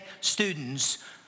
students